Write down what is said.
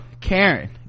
karen